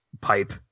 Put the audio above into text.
pipe